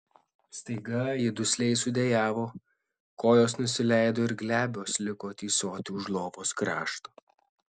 staiga ji dusliai sudejavo kojos nusileido ir glebios liko tysoti už lovos krašto